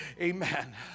Amen